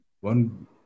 one